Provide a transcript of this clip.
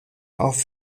auf